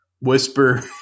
whisper